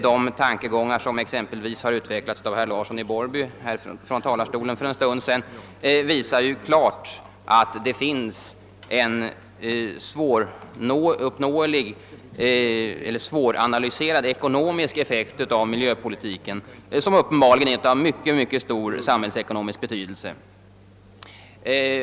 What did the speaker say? De tankegångar som exempelvis herr Larsson i Borrby utvecklade från denna talarstol för en stund sedan visar ju klart att det finns en svåruppnåelig eller svåranalyserad ekonomisk effekt av miljöpolitiken, som uppenbarligen är av mycket stor samhällsekonomisk betydelse.